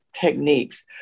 techniques